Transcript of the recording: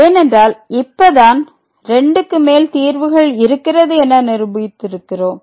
ஏனென்றால் இப்பதான் இரண்டுக்கு மேல் தீர்வுகள் இருக்கிறது என நிரூபித்து இருக்கிறோம்